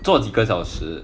做几个小时